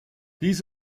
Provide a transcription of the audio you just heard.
dies